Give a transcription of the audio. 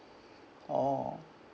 oh